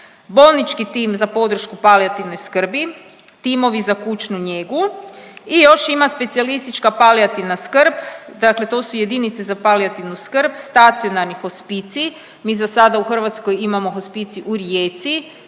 bolnički tim za podršku palijativne skrbi, timovi za kućnu njegu i još ima specijalistička palijativna skrb, dakle to su jedinice za palijativnu skrb, stacionarni hospicij, mi zasada u Hrvatskoj imamo hospicij u Rijeci